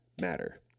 matter